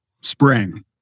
spring